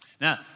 Now